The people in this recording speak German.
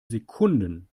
sekunden